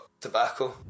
tobacco